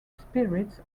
spirits